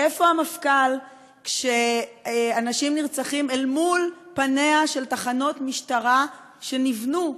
איפה המפכ"ל כשאנשים נרצחים אל מול פניהן של תחנות משטרה שנבנו,